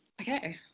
Okay